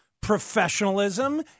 professionalism